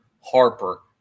Harper